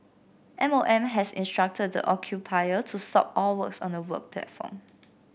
M O M has instructed the occupier to stop all works on the work platform